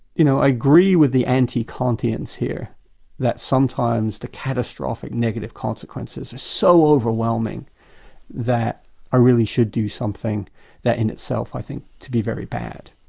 you know i agree with the anti-kantians here that sometimes the catastrophic negative consequences are so overwhelming that i really should do something that in itself i think to be very bad.